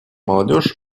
молодежь